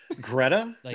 Greta